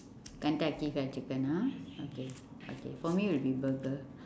kentucky fried chicken ah okay okay for me will be burger